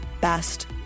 best